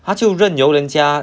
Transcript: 他就任由人家